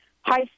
Hi